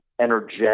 energetic